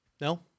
No